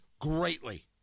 greatly